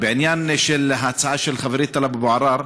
בעניין של ההצעה של חברי טלב אבו עראר,